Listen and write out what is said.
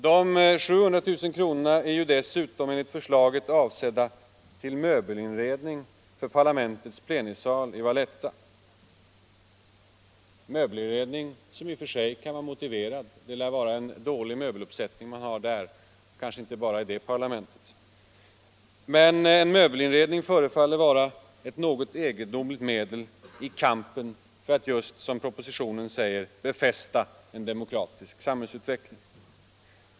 De 700 000 kronorna är ju dessutom enligt förslaget avsedda till möbelinredning för parlamentets plenisal i Valetta — en möbelinredning som i och för sig kan vara motiverad. Det lär vara en dålig möbeluppsättning man har där — och kanske inte bara i det parlamentet. Men en möbelinredning förefaller vara ett egendomligt medel i kampen för att, som propositionen säger, befästa en demokratisk samhällsutveckling.